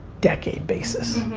decade basis.